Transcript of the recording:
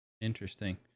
interesting